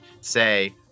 say